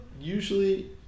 Usually